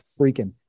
freaking